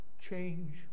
change